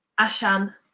Ashan